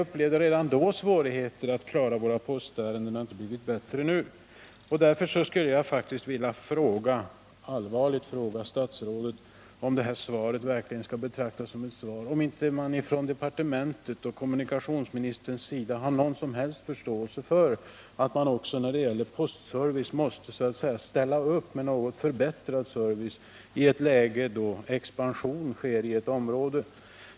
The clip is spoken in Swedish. Redan då var det svårigheter för oss att klara våra postärenden, och det har inte blivit bättre nu. Jag vill därför fråga statsrådet om det här svaret verkligen skall betraktas som slutgiltigt och om departementet och kommunikationsministern inte har någon som helst förståelse för att man måste — också när det gäller postservice —så att säga ställa upp med förbättrad service i ett läge då expansion sker i ett område.